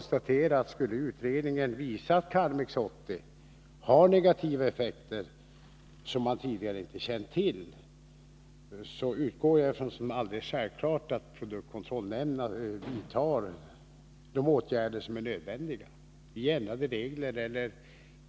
Skulle utredningen visa att Karmex 80 har negativa effekter som man tidigare inte känt till, utgår jag från att produktkontrollnämnden vidtar de åtgärder som är nödvändiga, t.ex. ändrar regler.